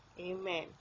Amen